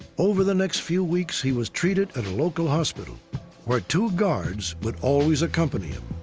over the next few weeks, he was treated at a local hospital where two guards would always accompany him.